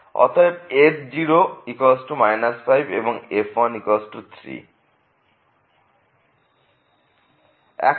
অতএব f 5 এবং f 3